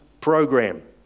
program